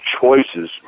choices